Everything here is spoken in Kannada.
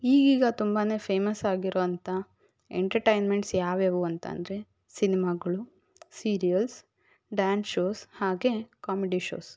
ಈಗೀಗ ತುಂಬಾ ಫೇಮಸ್ ಆಗಿರೋಂಥ ಎಂಟರ್ಟೈನ್ಮೆಂಟ್ಸ್ ಯಾವ್ಯಾವು ಅಂತಂದರೆ ಸಿನಿಮಾಗಳು ಸೀರಿಯಲ್ಸ್ ಡ್ಯಾನ್ಸ್ ಷೋಸ್ ಹಾಗೆ ಕಾಮಿಡಿ ಷೋಸ್